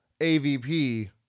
AVP